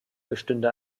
bestünde